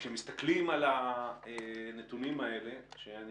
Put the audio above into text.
וכשמתסכלים על הנתונים האלה שאני